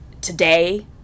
today